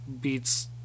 beats